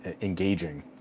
engaging